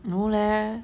no leh